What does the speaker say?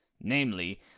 namely